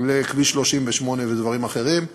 לכביש 38 ודברים אחרים,